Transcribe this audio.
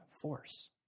force